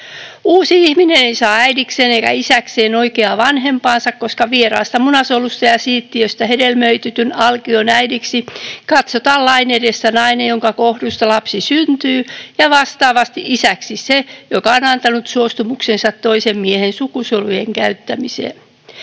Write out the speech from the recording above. Uusi ihminen ei saa äidikseen eikä isäkseen oikeaa vanhempaansa, koska vieraasta munasolusta ja siittiöstä hedelmöitetyn alkion äidiksi katsotaan lain edessä nainen, jonka kohdusta lapsi syntyy, ja vastaavasti isäksi se, joka on antanut suostumuksensa toisen miehen sukusolujen käyttämiseen.